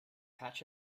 catch